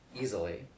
easily